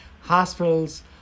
hospitals